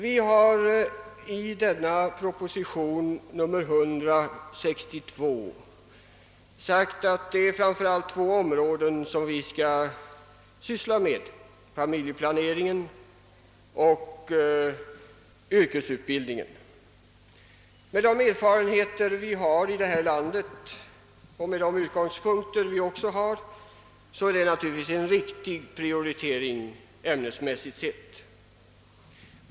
| Genom bifallet till proposition nr 100 år 1962 har det fastslagits att vi framför allt skall syssla med två områden: familjeplaneringen och yrkesutbildningen. Med de utgångspunkter och erfarenheter vi har i vårt land är det naturligtvis en riktig prioritering ämnesmässigt sett.